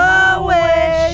away